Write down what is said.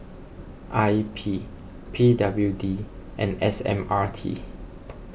I P P W D and S M R T